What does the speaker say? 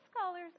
scholars